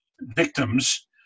victims